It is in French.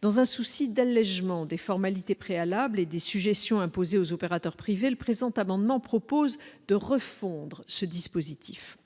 dans un souci d'allégement des formalités préalables et des sujétions imposées aux opérateurs privés, le présent amendement propose de refondre ce dispositif